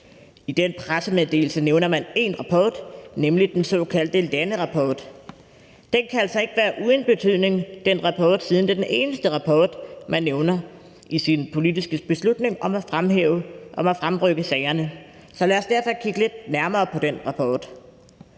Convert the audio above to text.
i den pressemeddelelse nævner man én rapport, nemlig den såkaldte landerapport. Den rapport kan altså ikke være uden betydning, siden det er den eneste rapport, man nævner i sin politiske beslutning om at fremrykke sagerne. Så lad os derfor kigge lidt nærmere på den rapport.